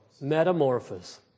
Metamorphosis